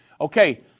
Okay